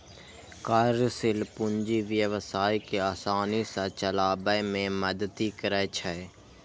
कार्यशील पूंजी व्यवसाय कें आसानी सं चलाबै मे मदति करै छै